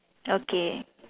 okay